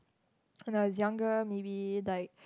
when I was younger maybe like